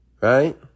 Right